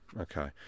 Okay